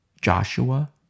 Joshua